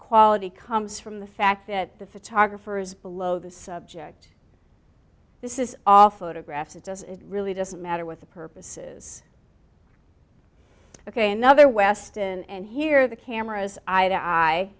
quality comes from the fact that the photographer is below the subject this is all photographed it does it really doesn't matter with the purposes ok another west and here the cameras i